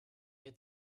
had